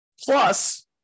Plus